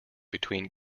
between